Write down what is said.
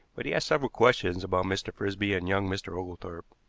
but he asked several questions about mr. frisby and young mr. oglethorpe.